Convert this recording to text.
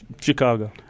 Chicago